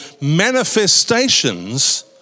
manifestations